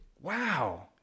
Wow